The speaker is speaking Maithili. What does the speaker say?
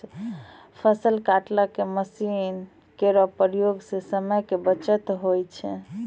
फसल काटै के मसीन केरो प्रयोग सें समय के बचत होय छै